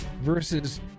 versus